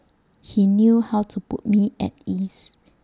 he knew how to put me at ease